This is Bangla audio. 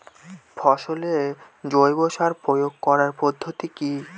ফসলে জৈব সার প্রয়োগ করার পদ্ধতি কি?